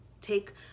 take